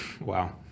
wow